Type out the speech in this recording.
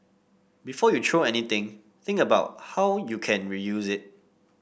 before you throw anything think about how you can reuse it